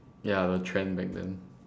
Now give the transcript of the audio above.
ya the trend back then